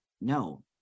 no